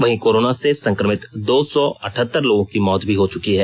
वहीं कोरोना से संक्रमित दो सौ अठहतर लोगों की मौत भी हो चुकी है